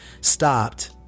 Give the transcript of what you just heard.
stopped